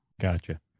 Gotcha